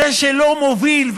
זה שלא מוביל,